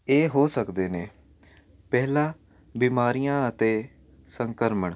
ਇਹ ਹੋ ਸਕਦੇ ਨੇ ਪਹਿਲਾ ਬਿਮਾਰੀਆਂ ਅਤੇ ਸੰਕਰਮਣ